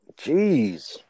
Jeez